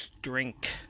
drink